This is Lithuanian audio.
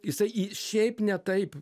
jisai i šiaip ne taip